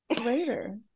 later